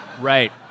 Right